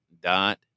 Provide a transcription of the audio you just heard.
dot